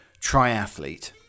triathlete